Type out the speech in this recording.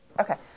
Okay